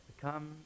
come